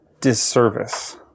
disservice